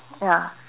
ya